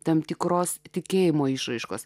tam tikros tikėjimo išraiškos